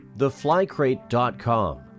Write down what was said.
Theflycrate.com